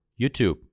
YouTube